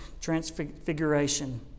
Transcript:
Transfiguration